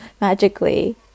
magically